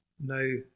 Now